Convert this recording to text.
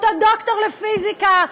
אותו דוקטור לפיזיקה,